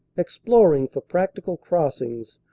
exploring for practical crossings,